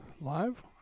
live